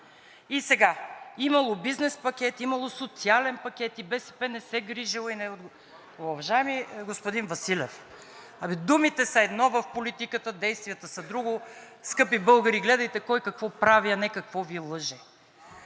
И сега, имало бизнес-пакет, имало социален пакет и БСП не се грижила и не… Уважаеми господин Василев, думите в политика са едно, а действията са друго. Скъпи българи, гледайте кой какво прави, а не какво Ви лъже!